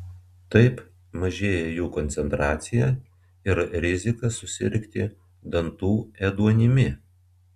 taip mažėja jų koncentracija ir rizika susirgti dantų ėduonimi